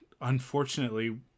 unfortunately